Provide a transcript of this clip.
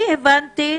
אני הבנתי,